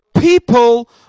people